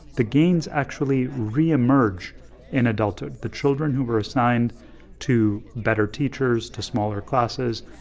the gains actually reemerge in adulthood. the children who were assigned to better teachers, to smaller classes,